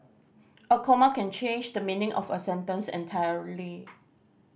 a comma can change the meaning of a sentence entirely